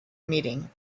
meeting